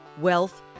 wealth